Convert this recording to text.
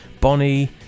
Bonnie